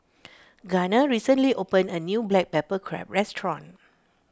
Garner recently opened a new Black Pepper Crab restaurant